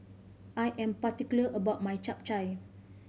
I am particular about my Chap Chai